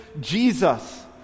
Jesus